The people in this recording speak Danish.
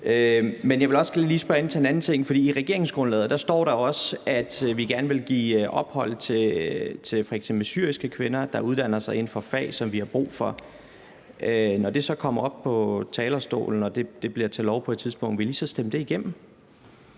Men jeg vil også gerne lige spørge ind til en anden ting, for i regeringsgrundlaget står der også, at vi gerne vil give ophold til f.eks. syriske kvinder, der uddanner sig inden for fag, hvor vi har brug for medarbejdere. Når det så kommer op på talerstolen og bliver til lov på et tidspunkt, vil I så stemme for, at det